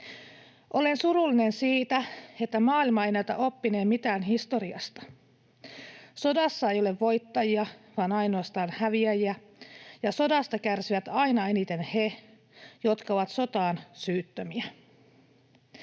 Olen surullinen siitä, että maailma ei näytä oppineen mitään historiasta. Sodassa ei ole voittajia, vaan ainoastaan häviäjiä, ja sodasta kärsivät aina eniten he, jotka ovat sotaan syyttömiä.